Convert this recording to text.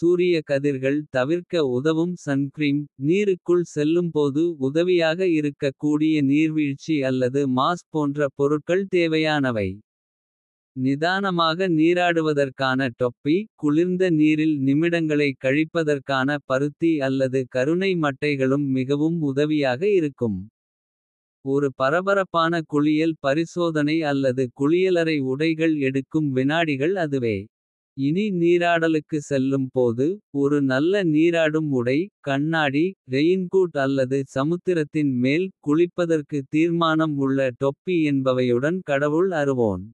சூரிய கதிர்கள் தவிர்க்க உதவும் சன்க்ரீம். நீருக்குள் செல்லும்போது உதவியாக இருக்கக் கூடிய. நீர்வீழ்ச்சி அல்லது மாஸ்க் போன்ற பொருட்கள் தேவையானவை. நிதானமாக நீராடுவதற்கான தொப்பி குளிர்ந்த நீரில். நிமிடங்களை கழிப்பதற்கான பருத்தி அல்லது கருணை. மட்டைகளும் மிகவும் உதவியாக இருக்கும் ஒரு பரபரப்பான. குளியல் பரிசோதனை அல்லது குளியலறை உடைகள் எடுக்கும். வினாடிகள் அதுவே இனி நீராடலுக்கு செல்லும் போது. ஒரு நல்ல நீராடும் உடை கண்ணாடி ரெயின்கூட் அல்லது. சமுத்திரத்தின் மேல் குளிப்பதற்கு தீர்மானம் உள்ள தொப்பி. என்பவையுடன் கடவுள் அருவோன்.